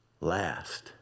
last